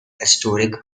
esoteric